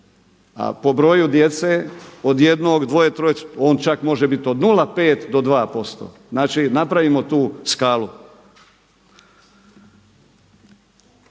a po broju djece od jednog, dvoje, troje on čak može biti od 0,5 do 2% znači napravimo tu skalu.